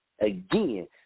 Again